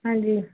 ਹਾਂਜੀ